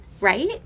right